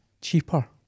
Cheaper